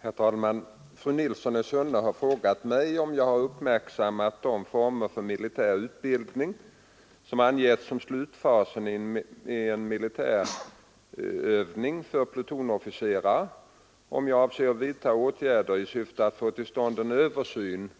Herr talman! Fru Nilsson i Sunne har frågat mig om jag har uppmärksammat de former för militär utbildning som angetts som slutfasen i en mili vning för plutonsofficerare och om jag avser vidtaga åtgärder i syfte att få till stånd en översyn